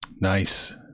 Nice